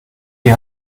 die